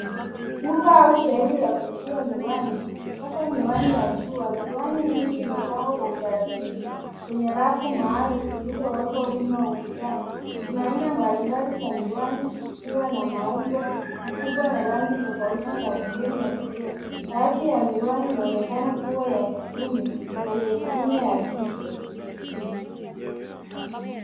Duka au sehemu ya kuuzia miwani hasa miwani ya jua. Miwani mingi imepangwa Kwa utaratibu kwenye rafu maalum zilizowekwa wima ukutani kuna aina mbalimbali za miwani zikiwa na maumbo, ukubwa na rangi tofauti za fremu na kioo. Baadhi ya miwani inaonekana kuwa ya kiume mengine ya kike.